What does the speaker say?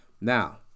now